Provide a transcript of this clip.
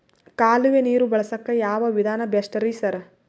ಕಾಲುವೆ ನೀರು ಬಳಸಕ್ಕ್ ಯಾವ್ ವಿಧಾನ ಬೆಸ್ಟ್ ರಿ ಸರ್?